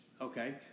Okay